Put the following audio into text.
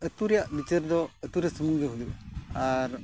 ᱟᱛᱳ ᱨᱮᱭᱟᱜ ᱵᱤᱪᱟᱹᱨ ᱫᱚ ᱟᱛᱳ ᱨᱮ ᱥᱩᱢᱩᱝ ᱜᱮ ᱦᱩᱭᱩᱜᱼᱟ ᱟᱨ